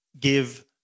give